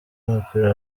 w’umupira